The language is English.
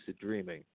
dreaming